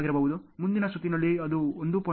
ಮುಂದಿನ ಸುತ್ತಿನಲ್ಲಿ ಅದು 1